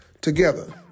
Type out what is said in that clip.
Together